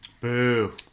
Boo